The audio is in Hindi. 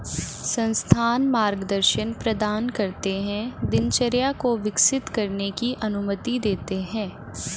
संस्थान मार्गदर्शन प्रदान करते है दिनचर्या को विकसित करने की अनुमति देते है